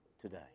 today